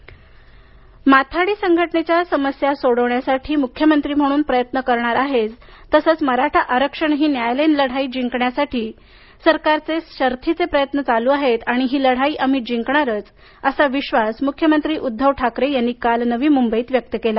माथाडी माथाडी संघटनेच्या समस्या सोडविण्यासाठी मुख्यमंत्री म्हणून प्रयत्न करणार आहेच तसंच मराठा आरक्षण ही न्यायालयीन लढाई जिंकण्यासाठी सरकारचे शर्थीचे प्रयत्न चालू आहेत आणि ही लढाई आम्ही जिंकणारच असा विश्वास मुख्यमंत्री उद्धव ठाकरे यांनी काल नवी मुंबईत व्यक्त केला